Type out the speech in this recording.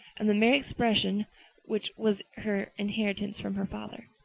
and the merry expression which was her inheritance from her father.